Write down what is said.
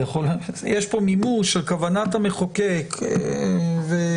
יש פה מימוש של כוונת המחוקק ואישור